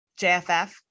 JFF